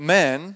men